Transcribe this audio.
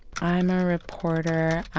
i'm a reporter.